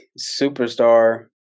superstar